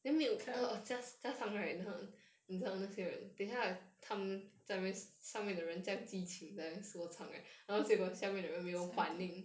cannot is empty